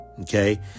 Okay